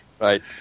Right